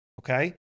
okay